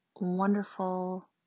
wonderful